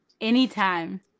Anytime